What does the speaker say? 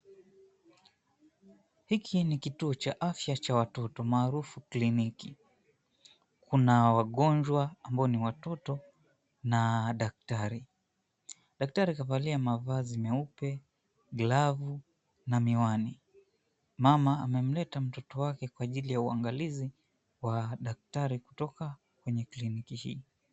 Hiki ni kituo cha afya cha watoto maarufu kliniki. Kuna wagonjwa ambao ni watoto na daktari. Daktari kavalia mavazi meupe, glavu, na miwani. Mama amemleta mtoto wake kwa ajili ya uangalizi wa daktari kutoka kwenye kliniki hii.